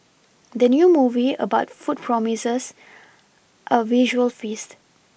the new movie about food promises a visual feast